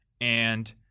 and-